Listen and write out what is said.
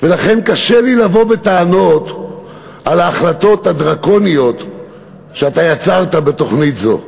ולכן קשה לי לבוא בטענות על ההחלטות הדרקוניות שאתה יצרת בתוכנית זו.